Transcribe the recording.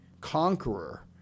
conqueror